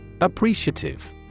Appreciative